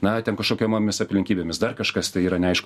na ten kažkokiomomis aplinkybėmis dar kažkas tai yra neaišk